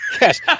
Yes